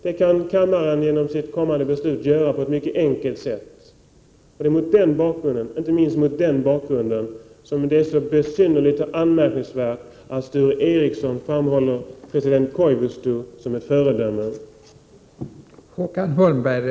Det kan kammaren genom sitt kommande beslut göra på ett mycket enkelt sätt. Det är inte minst mot denna bakgrund som det är så besynnerligt och anmärkningsvärt att Sture Ericson framhåller president Koivisto såsom ett föredöme.